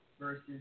versus